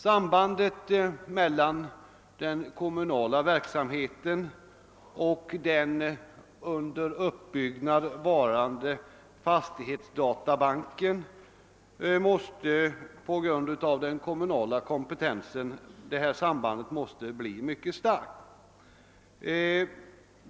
Sambandet mellan den kommunala verksamheten och den under uppbyggnad varande fastighetsdatabanken måste på grund av den kommunala kompetensen bli mycket starkt.